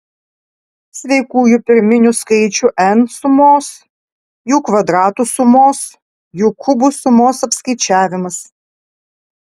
sveikųjų pirminių skaičių n sumos jų kvadratų sumos jų kubų sumos apskaičiavimas